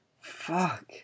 Fuck